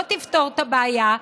לא תפתור את הבעיה,